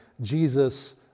Jesus